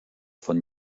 von